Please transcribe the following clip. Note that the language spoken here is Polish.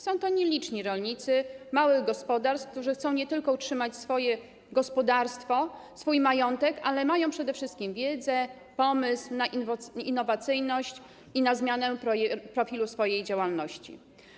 Są to nieliczni rolnicy z małych gospodarstw, którzy chcą nie tylko utrzymać swoje gospodarstwo, swój majątek, ale mają przede wszystkim wiedzę, pomysł na innowacyjność i na zmianę profilu swojej działalności.